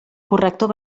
corrector